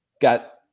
got